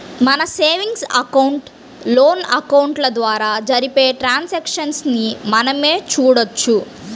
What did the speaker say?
మన savings account, loan అకౌంట్ల ద్వారా జరిపే ట్రాన్సాక్షన్స్ ని మనమే చూడొచ్చు